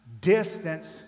distance